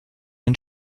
den